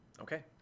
Okay